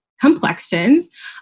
complexions